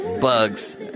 bugs